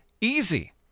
Easy